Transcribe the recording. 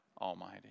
Almighty